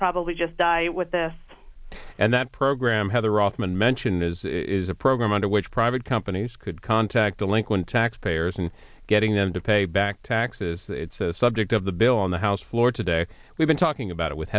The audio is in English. probably just die with this and that program has a rothman mention is a program under which private companies could contact delinquent tax payers and getting them to pay back taxes it's a subject of the bill on the house floor today we've been talking about it with